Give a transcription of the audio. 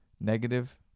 Negative